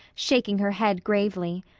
shaking her head gravely.